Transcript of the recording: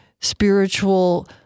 spiritual